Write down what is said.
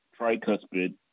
tricuspid